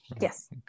yes